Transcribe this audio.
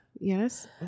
Yes